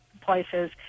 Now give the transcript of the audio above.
places